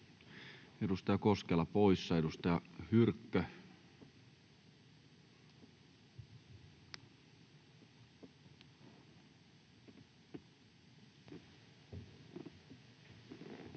edustaja Koskela poissa. — Edustaja Hyrkkö.